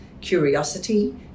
curiosity